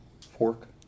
fork